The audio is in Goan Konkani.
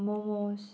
मोमोस